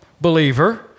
believer